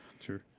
Sure